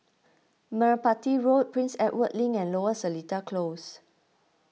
Merpati Road Prince Edward Link and Lower Seletar Close